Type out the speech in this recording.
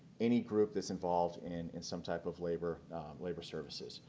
any group that's involved in some type of labor labor services.